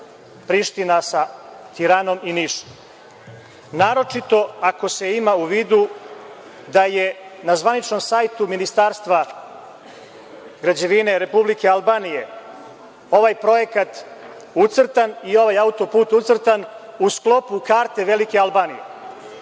Priština sa Tiranom i Nišom. Naročito ako se ima u vidu da je na zvaničnom sajtu Ministarstva građevine Republike Albanije ovaj projekat ucrtan i ovaj autoput ucrtan u sklopu karte Velike Albanije